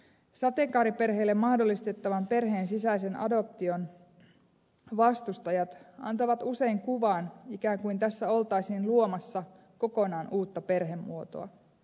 sateenkaariperheelle mahdollistettavan perheen sisäisen adoption vastustajat antavat usein kuvan ikään kuin tässä oltaisiin luomassa kokonaan uutta perhemuotoa